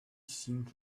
seemed